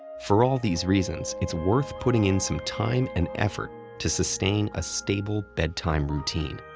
for all these reasons, it's worth putting in some time and effort to sustain a stable bedtime routine,